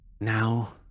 Now